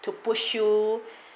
to push you